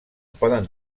poden